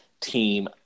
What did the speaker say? team